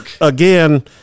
again